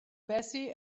bessie